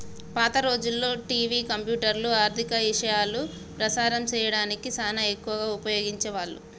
పాత రోజుల్లో టివి, కంప్యూటర్లు, ఆర్ధిక ఇశయాలు ప్రసారం సేయడానికి సానా ఎక్కువగా ఉపయోగించే వాళ్ళు